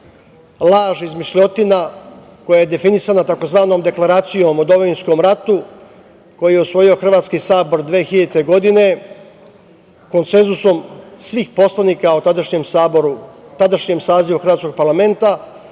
laž, izmišljotina koja je definisana tzv. deklaracijom o domovinskom ratu koju je usvojio hrvatski Sabor 2000. godine, konsenzusom svih poslanika u tadašnjem sazivu hrvatskog parlamenta.